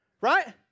right